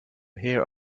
here